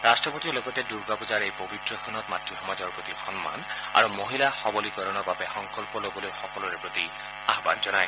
ৰট্টপতিয়ে লগতে দুৰ্গাপুজাৰ এই পবিত্ৰখনত মাতৃ সমাজৰ প্ৰতি সন্মান আৰু মহিলা সৰলীকৰণৰ বাবে সংকল্প লবলৈ সকলোৰে প্ৰতি আহান জনায়